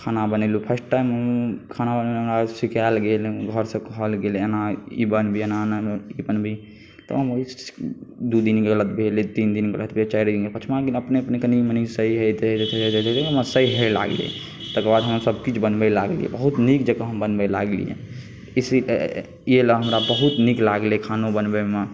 खाना बनेलहुँ first time हम खाना बनबैले हमरा सिखायल गेल घरसँ कहल गेल एना ई बनाबी एना ई बनेबै तऽ हम ओहिसँ दू दिन गलत भेलै तीन दिन गलत भेलै चारिम दिन पञ्चमा दिन अपने कनि मनि सही होइत होइत धीरे धीरे हमरा सही होमय लागलै तकर बाद हम सभ किछु बनबय लागलियै बहुत नीक जकाँ हम बनबय लागलियै एहिलेल हमरो बहुत नीक लागलै खाना बनबैमे